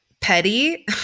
petty